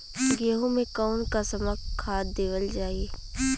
आलू मे कऊन कसमक खाद देवल जाई?